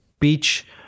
Beach